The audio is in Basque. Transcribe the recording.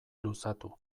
luzatu